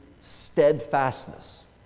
steadfastness